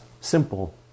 simple